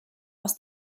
aus